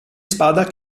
spada